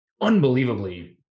unbelievably